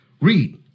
Read